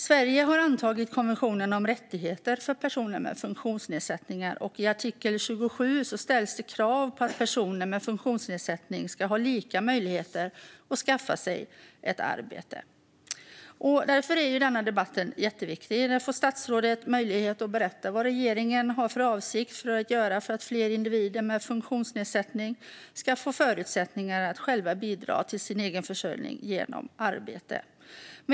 Sverige har antagit konventionen om rättigheter för personer med funktionsnedsättning, och i artikel 27 ställs krav på att personer med funktionsnedsättning ska ha lika möjligheter att skaffa sig ett arbete. Därför är denna debatt jätteviktig. Här får statsrådet möjlighet att berätta vad regeringen har för avsikt att göra för att fler individer med funktionsnedsättning ska få förutsättningar att bidra till sin egen försörjning genom arbete.